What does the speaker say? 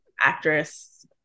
Actress